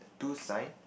two side